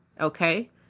Okay